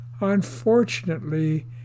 Unfortunately